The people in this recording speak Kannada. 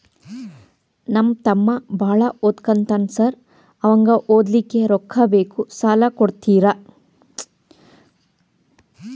ನಮ್ಮ ತಮ್ಮ ಬಾಳ ಓದಾಕತ್ತನ ಸಾರ್ ಅವಂಗ ಓದ್ಲಿಕ್ಕೆ ರೊಕ್ಕ ಬೇಕು ಸಾಲ ಕೊಡ್ತೇರಿ?